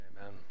Amen